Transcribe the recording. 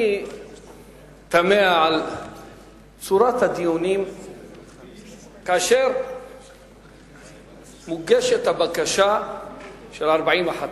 אני תמה על צורת הדיונים כאשר מוגשת בקשה ב-40 חתימות.